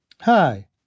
Hi